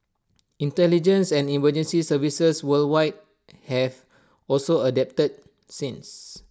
intelligence and emergency services worldwide have also adapted since